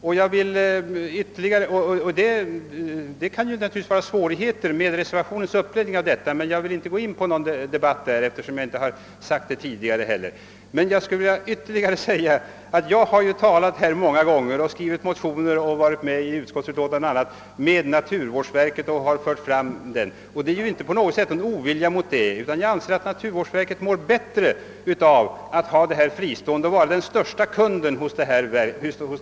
Det kan naturligtvis vara svårigheter förenade med reservationens uppläggning i detta avseende, men jag vill inte gå in på någon debatt på denna punkt eftersom jag inte heller tidigare har tagit upp saken. Jag vill dock ytterligare säga att jag tidigare många gånger talat i denna kammare, skrivit motioner, medverkat till utskottsutlåtanden o. s. v. varvid jag fört fram naturvårdsverkets intressen. Jag hyser alltså inte på något sätt en ovilja mot naturvårdsverket, men jag anser att det mår bättre av att forskningsnämnden blir fristående och får naturvårdsverket som sin största kund.